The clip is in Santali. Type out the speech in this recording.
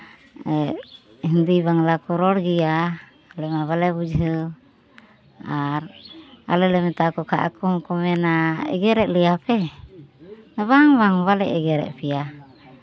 ᱦᱤᱱᱫᱤ ᱵᱟᱝᱞᱟ ᱠᱚ ᱨᱚᱲ ᱜᱮᱭᱟ ᱟᱞᱮ ᱢᱟ ᱵᱟᱞᱮ ᱵᱩᱡᱷᱟᱹᱣ ᱟᱨ ᱟᱞᱮ ᱞᱮ ᱢᱮᱛᱟ ᱠᱚ ᱠᱷᱟᱱ ᱟᱠᱚ ᱦᱚᱸ ᱠᱚ ᱢᱮᱱᱟ ᱮᱜᱮᱨ ᱮᱫ ᱞᱮᱭᱟᱯᱮ ᱵᱟᱝ ᱵᱟᱝ ᱵᱟᱞᱮ ᱮᱜᱮᱨᱮᱫ ᱯᱮᱭᱟ